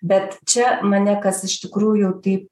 bet čia mane kas iš tikrųjų taip